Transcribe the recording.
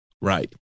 Right